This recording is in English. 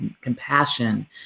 compassion